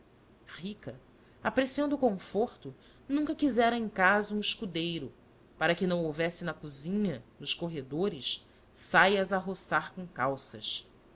rica apreciando o conforto nunca quisera em casa um escudeiro para que não houvesse na cozinha nos corredores saias a roçar com calças